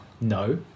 no